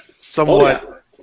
somewhat